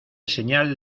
señal